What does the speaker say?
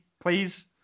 please